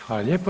Hvala lijepo.